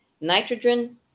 nitrogen